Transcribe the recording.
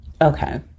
Okay